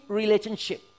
relationship